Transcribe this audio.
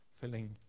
filling